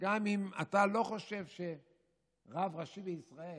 שגם אם אתה לא חושב שרב ראשי בישראל,